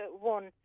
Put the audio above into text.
one